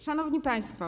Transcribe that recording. Szanowni Państwo!